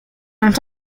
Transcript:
ont